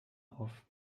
auf